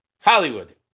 Hollywood